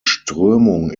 strömung